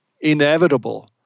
inevitable